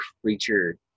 creature